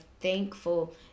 thankful